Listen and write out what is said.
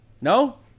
No